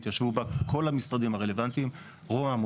ישבו בה כל המשרדים הרלוונטיים; רוה"מ,